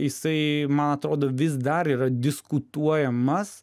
jisai man atrodo vis dar yra diskutuojamas